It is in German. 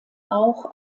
auch